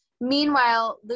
Meanwhile